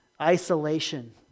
isolation